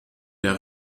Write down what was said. der